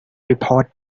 report